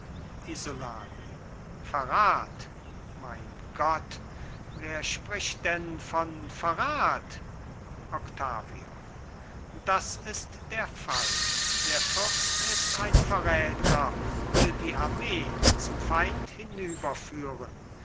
isolani verrat mein gott wer spricht denn von verrat octavio das ist der fall der fürst ist ein verräter will die armee zum feind